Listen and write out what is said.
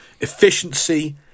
efficiency